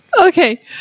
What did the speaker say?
Okay